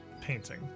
painting